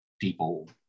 people